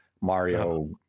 Mario